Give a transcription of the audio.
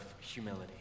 humility